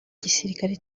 gisirikare